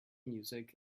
music